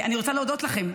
אני רוצה להודות לכם,